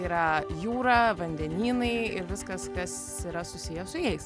yra jūra vandenynai ir viskas kas yra susiję su jais